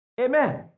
Amen